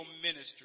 ministry